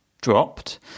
dropped